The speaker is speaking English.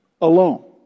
alone